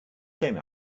same